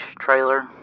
trailer